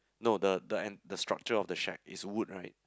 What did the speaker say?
no the the en~ the structure of the shack is wood right